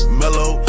mellow